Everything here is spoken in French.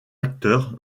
acteur